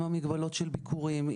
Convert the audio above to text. עם המגבלות של ביקורים,